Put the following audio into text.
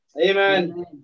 Amen